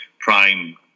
prime